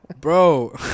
bro